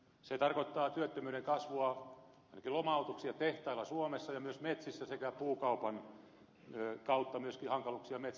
se tarkoittaa työttömyyden kasvua ainakin lomautuksia tehtailla suomessa ja myös metsissä sekä puukaupan kautta myöskin hankaluuksia metsänomistajille